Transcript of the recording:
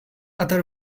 other